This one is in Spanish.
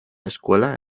escuela